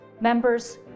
Members